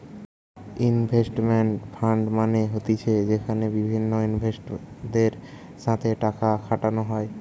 investment fund মানে হতিছে যেখানে বিভিন্ন ইনভেস্টরদের সাথে টাকা খাটানো হয়